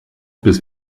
bis